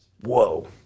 whoa